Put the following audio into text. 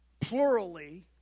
plurally